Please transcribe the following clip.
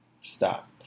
Stop